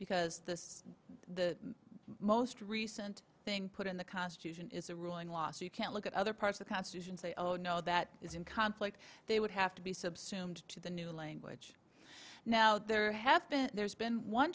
because this is the most recent thing put in the constitution is a ruling last you can't look at other parts the constitution say oh no that is in conflict they would have to be subsumed to the new language now there have been there's been one